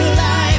life